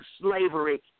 slavery